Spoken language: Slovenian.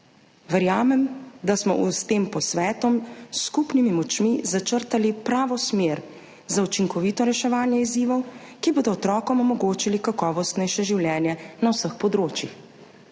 Verjamem, da smo s tem posvetom s skupnimi močmi začrtali pravo smer za učinkovito reševanje izzivov, ki bodo otrokom omogočili kakovostnejše življenje na vseh področjih.